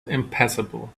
impassable